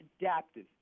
adaptive